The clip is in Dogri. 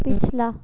पिछला